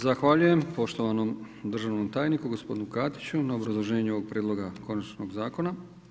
Zahvaljujem poštovanom državnom tajniku, gospodinu Katiću na obrazloženju ovog Prijedloga konačnog Zakona.